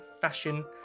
fashion